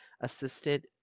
assisted